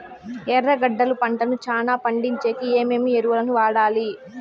ఎర్రగడ్డలు పంటను చానా పండించేకి ఏమేమి ఎరువులని వాడాలి?